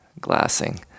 glassing